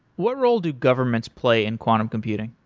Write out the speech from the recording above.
what role do governments play in quantum computing?